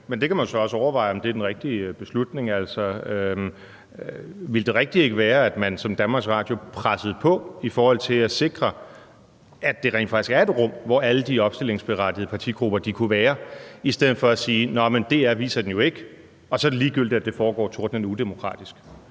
men det kan man jo så også overveje om er den rigtige beslutning. Ville det rigtige ikke være, at man som DR pressede på i forhold til at sikre, at det rent faktisk er et rum, hvor alle de opstillingsberettigede partigrupper kunne være, i stedet for at sige, at DR ikke viser den, og så er det ligegyldigt, at det foregår tordnende udemokratisk?